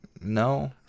no